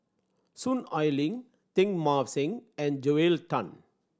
Soon Ai Ling Teng Mah Seng and Joel Tan